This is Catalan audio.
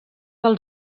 del